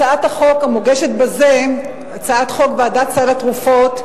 הצעת החוק המוגשת בזה, הצעת חוק ועדת סל התרופות,